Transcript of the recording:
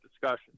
discussion